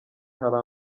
hari